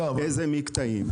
ואיזה מקטעים.